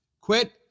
quit